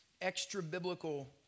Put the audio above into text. extra-biblical